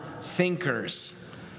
thinkers